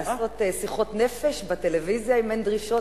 לעשות שיחות נפש בטלוויזיה אם אין דרישות,